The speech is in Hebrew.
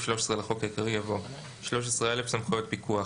13 לחוק העיקרי יבוא: "סמכויות פיקוח